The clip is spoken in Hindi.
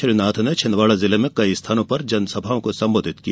श्री नाथ ने छिंदवाड़ा जिले में कई स्थानों पर जनसभाओं को संबोधित किया